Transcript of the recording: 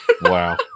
wow